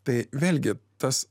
tai vėlgi tas